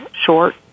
short